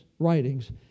writings